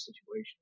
situation